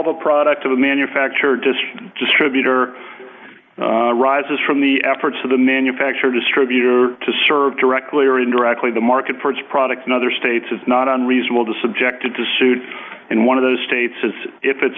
of a product of a manufacturer just distributor arises from the efforts of the manufacturer distributor to serve directly or indirectly the market for its products in other states is not unreasonable to subjected to suit and one of those states is if it's